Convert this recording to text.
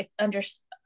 understand